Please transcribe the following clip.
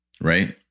right